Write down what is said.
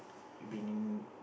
you have been in